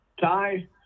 Ty